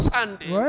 Sunday